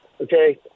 okay